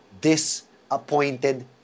disappointed